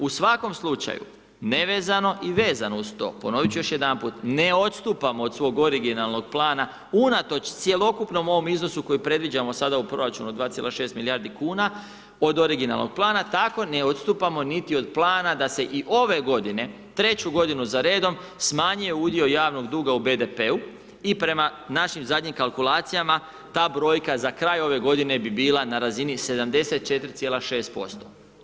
U svakom slučaju, nevezano i vezano uz to, ponoviti ću još jedanput, ne odstupamo od svog originalnog plana unatoč cjelokupnom ovom iznosu koji predviđamo sada u proračunu od 2,6 milijardi kuna od originalnog plana, tako ne odstupamo niti od plana da se i ove godine, treću godinu za redom smanjio udio javnog duga u BDP-u i prema našim zadnjim kalkulacijama, ta brojka za kraj ove godine, bi bila na razini 74,6%